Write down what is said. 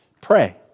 Pray